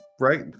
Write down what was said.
right